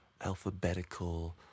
alphabetical